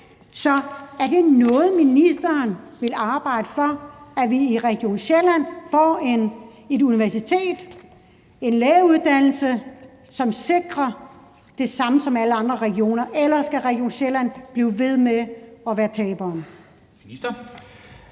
Er det noget, ministeren vil arbejde for, altså at vi i Region Sjælland får et universitet, en lægeuddannelse, som tilbyder det samme som alle andre regioner, eller skal Region Sjælland bliver ved med at være taberen?